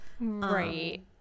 right